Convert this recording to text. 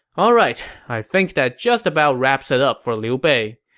alright, i think that just about wraps it up for liu bei.